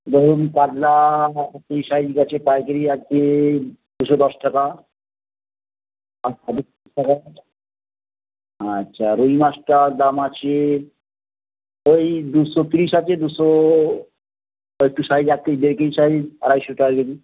ধরুন কাতলা দুই সাইজ আছে পাইকারি আজকে দুশো দশ টাকা আচ্ছা রুই মাছটার দাম আছে ওই দুশো তিরিশ আছে দুশো ওই একটু সাইজ একটাই দের কেজি সাইজ আড়াইশো টাকা কেজি